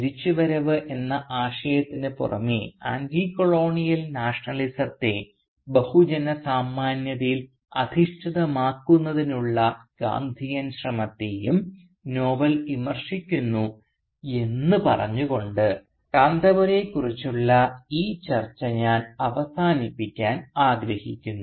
തിരിച്ചുവരവ് എന്ന ആശയത്തിന് പുറമെ ആൻറ്റികോളോണിയൽ നാഷണലിസത്തെ ബഹുജനസാമാന്യതയിൽ അധിഷ്ഠിതമാക്കുന്നതിനുള്ള ഗാന്ധിയൻ ശ്രമത്തെയും നോവൽ വിമർശിക്കുന്നു എന്ന് പറഞ്ഞുകൊണ്ട് കാന്തപുരയെക്കുറിച്ചുള്ള ഈ ചർച്ച ഞാൻ അവസാനിപ്പിക്കാൻ ആഗ്രഹിക്കുന്നു